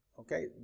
okay